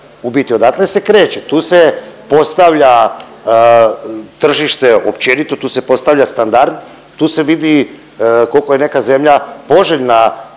u biti odatle se kreće, tu se postavlja tržište općenito, tu se postavlja standard, tu se vidi koliko je neka zemlja poželjna,